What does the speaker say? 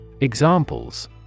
Examples